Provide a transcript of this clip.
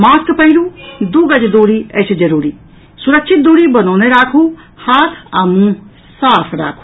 mask पहिरू दू गज दूरी अछि जरूरी सुरक्षित दूरी बनौने राखू हाथ आ मुंह साफ राखू